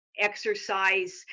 exercise